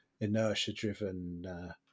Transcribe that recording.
inertia-driven